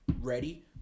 ready